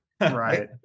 Right